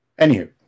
Anywho